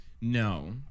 No